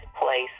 place